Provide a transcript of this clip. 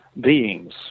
beings